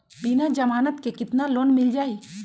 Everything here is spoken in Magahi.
बिना जमानत के केतना लोन मिल जाइ?